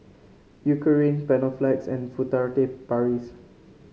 Eucerin Panaflex and Furtere Paris